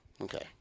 Okay